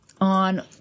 on